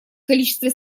количество